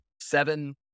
seven